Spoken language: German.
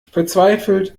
verzweifelt